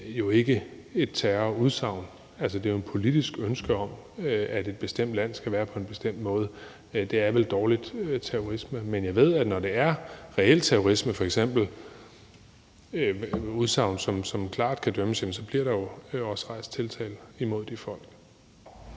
jo ikke et terrorudsagn. Det er jo et politisk ønske om, at et bestemt land skal være på en bestemt måde. Det er vel dårligt terrorisme, men jeg ved, at når det f.eks. er reelle terrorismeudsagn, som klart kan dømmes, så bliver der også rejst tiltale imod de folk.